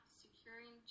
securing